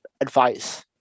advice